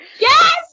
Yes